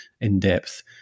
in-depth